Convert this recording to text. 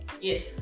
Yes